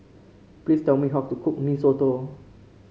please tell me how to cook Mee Soto